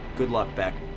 good luck, bech.